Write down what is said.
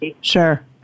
Sure